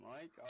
Mike